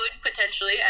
potentially